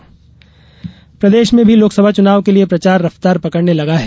चुनाव प्रचार प्रदेश में भी लोकसभा चुनाव के लिए प्रचार रफ्तार पकड़ने लगा है